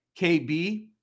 KB